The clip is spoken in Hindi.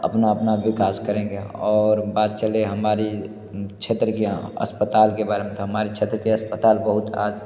अपना अपना विकास करेंगे और बात चले हमारे क्षेत्र की यहाँ अस्पताल के बारे में तो हमारे क्षेत्र के अस्पताल बहुत आज